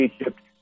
Egypt